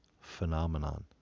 phenomenon